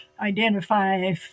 identify